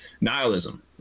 nihilism